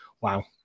wow